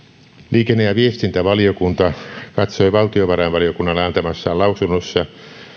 liikenne ja viestintävaliokunta katsoi valtiovarainvaliokunnalle antamassaan lausunnossa